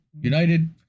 United